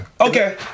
Okay